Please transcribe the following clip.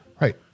Right